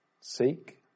Seek